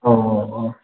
अ अ अ